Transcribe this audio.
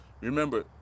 Remember